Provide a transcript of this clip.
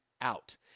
out